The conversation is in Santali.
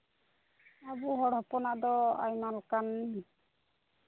ᱟᱵᱚ ᱦᱚᱲ ᱦᱚᱯᱚᱱᱟᱜ ᱫᱚ ᱟᱭᱢᱟ ᱞᱮᱠᱟᱱ